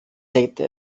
hätte